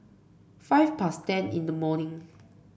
five past ten in the morning